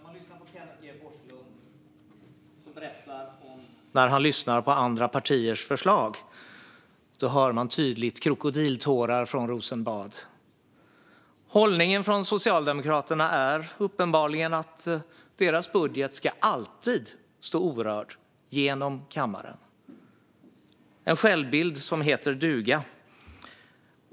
Fru talman! När man lyssnar på Kenneth G Forslund när han berättar om hur han lyssnar på andra partiers förslag hör man tydligt krokodiltårar från Rosenbad. Hållningen från Socialdemokraterna är uppenbarligen att deras budget alltid ska stå orörd genom kammaren. Det är en självbild som heter duga.